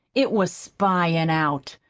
it was spying out.